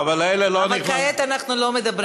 אבל כעת אנחנו לא מדברים.